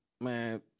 man